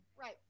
Right